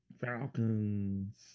Falcons